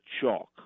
chalk